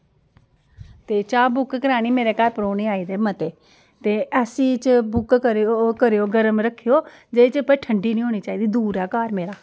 ते चाह् बुक करानी मेरे घर परोह्ने आए दे मते ते ऐसी बुक करयो गरम रखयो जेह्दे च बाई ठंडी निं होनी चाहिदी दूर ऐ घर मेरा